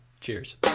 Cheers